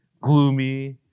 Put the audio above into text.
gloomy